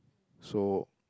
so